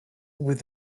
with